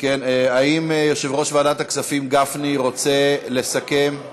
האם יושב-ראש ועדת הכספים, גפני, רוצה לסכם?